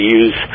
use